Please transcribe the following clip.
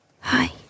Hi